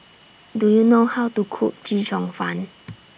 Do YOU know How to Cook Chee Cheong Fun